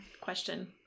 question